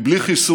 כי בלי חיסון,